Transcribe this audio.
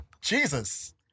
Jesus